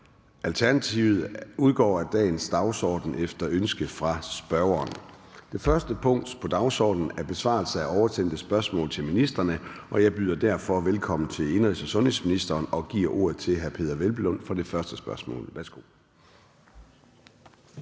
Alternativet, udgår af dagens dagsorden efter ønske fra spørgeren. --- Det første punkt på dagsordenen er: 1) Besvarelse af oversendte spørgsmål til ministrene (spørgetid). Kl. 13:01 Formanden (Søren Gade): Jeg byder velkommen til indenrigs- og sundhedsministeren og giver ordet til hr. Peder Hvelplund for det første spørgsmål.